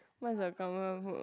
what's your comfort food